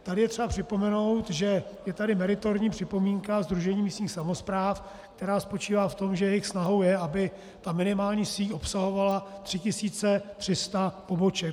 Tady je třeba připomenout, že je tady meritorní připomínka Sdružení místních samospráv, která spočívá v tom, že jejich snahou je, aby ta minimální síť obsahovala 3 300 poboček.